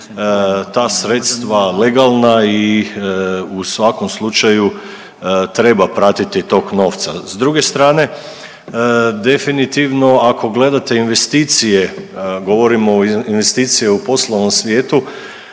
ta sredstva legalna i u svakom slučaju treba pratiti tok novca. S druge strane definitivno ako gledate investicije govorimo o investicijama u poslovnom svijetu,